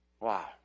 Wow